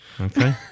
okay